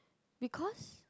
because